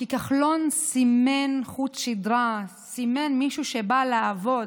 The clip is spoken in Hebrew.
כי כחלון סימן חוט שדרה, סימן למישהו שבא לעבוד.